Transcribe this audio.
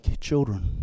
children